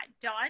done